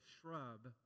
shrub